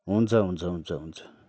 हुन्छ हुन्छ हुन्छ हुन्छ